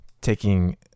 taking